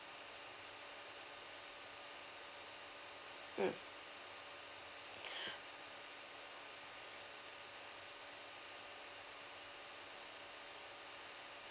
mm